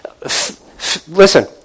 Listen